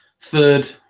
third